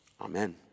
Amen